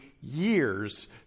years